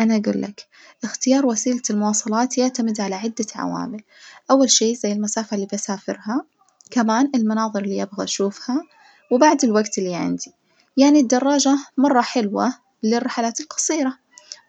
أنا أجولك اختيار وسيلة المواصلات يعتمد على عدة عوامل, أول شي زي المسافة البسافرها كمان المناظر اللي أبغى أشوفها وبعد الوجت العندي، يعني الدراجة مرة حلوة للرحلات القصيرة